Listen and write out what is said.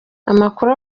amakuru